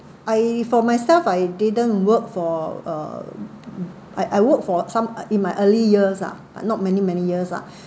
I for myself I didn't work for uh I I worked for some in my early years ah not many many years lah